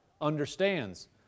understands